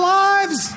lives